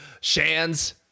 Shans